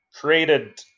created